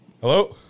Hello